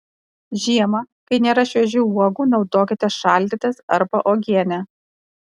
žiemą kai nėra šviežių uogų naudokite šaldytas arba uogienę